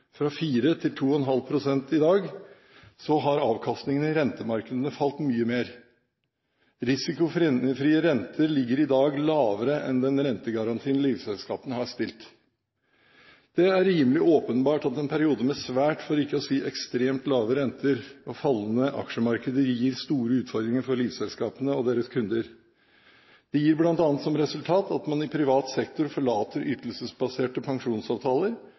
fra 4 pst. til 2,5 pst. i dag, har avkastningen i rentemarkedene falt mye mer. Risikofrie renter ligger i dag lavere enn den rentegarantien livselskapene har stilt. Det er rimelig åpenbart at en periode med svært, for ikke å si ekstremt, lave renter og fallende aksjemarkeder gir store utfordringer for livselskapene og deres kunder. Det gir bl.a. som resultat at man i privat sektor forlater ytelsesbaserte pensjonsavtaler